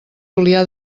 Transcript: julià